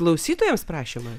klausytojams prašymą